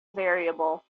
variable